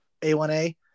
A1A